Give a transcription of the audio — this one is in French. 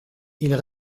ils